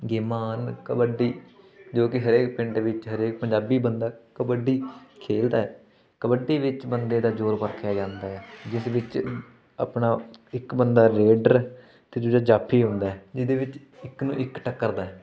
ਗੇਮਾਂ ਹਨ ਕਬੱਡੀ ਜੋ ਕਿ ਹਰੇਕ ਪਿੰਡ ਵਿੱਚ ਹਰੇਕ ਪੰਜਾਬੀ ਬੰਦਾ ਕਬੱਡੀ ਖੇਡਦਾ ਹੈ ਕਬੱਡੀ ਵਿੱਚ ਬੰਦੇ ਦਾ ਜੋਰ ਪਰਖਿਆ ਜਾਂਦਾ ਹੈ ਜਿਸ ਵਿੱਚ ਆਪਣਾ ਇੱਕ ਬੰਦਾ ਰੇਡਰ ਅਤੇ ਜਿਹੜਾ ਜਾਫੀ ਹੁੰਦਾ ਜਿਹਦੇ ਵਿੱਚ ਇੱਕ ਨੂੰ ਇੱਕ ਟੱਕਰਦਾ ਹੈ